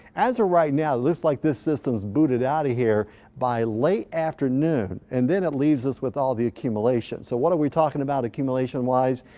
as of ah right now, looks like the system is booted out of here by late afternoon. and then it leaves us with all of the accumulation. so what are we talking about accumulation wise?